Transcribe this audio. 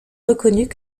reconnus